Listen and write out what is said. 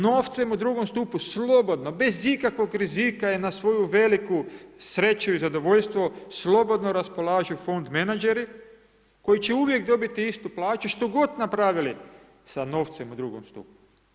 Novcem u drugom stupu, slobodno, bez ikakvog rizika je na svoju veliku sreću i zadovoljstvo, slobodno raspolažu fond menadžeri, koji će uvijek dobiti istu plaću što god napravili sa novcem u drugom stupom.